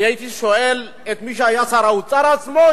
אני הייתי שואל את מי שהיה שר האוצר עצמו,